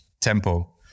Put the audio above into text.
tempo